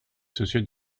sociaux